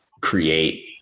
create